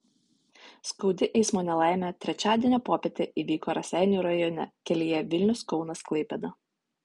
skaudi eismo nelaimė trečiadienio popietę įvyko raseinių rajone kelyje vilnius kaunas klaipėda